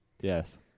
Yes